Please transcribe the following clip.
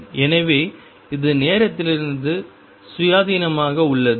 எனவே இது நேரத்திலிருந்து சுயாதீனமாக உள்ளது